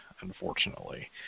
unfortunately